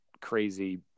crazy